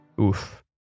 Oof